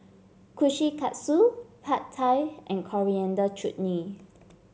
Kushikatsu Pad Thai and Coriander Chutney